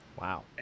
Wow